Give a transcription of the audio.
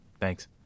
Thanks